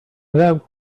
without